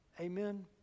Amen